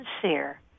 sincere